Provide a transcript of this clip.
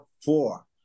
four